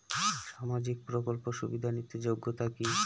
সামাজিক প্রকল্প সুবিধা নিতে যোগ্যতা কি?